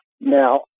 Now